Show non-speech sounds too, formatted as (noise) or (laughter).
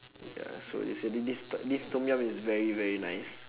ya so is a this this (noise) this tom-yum is very very nice